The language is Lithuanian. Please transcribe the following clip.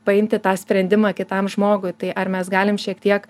paimti tą sprendimą kitam žmogui tai ar mes galim šiek tiek